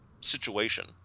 situation